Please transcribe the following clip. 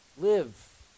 live